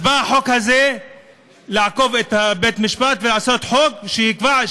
אז בא החוק הזה לעקוף את בית-המשפט ולעשות חוק שיקבע,